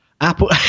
Apple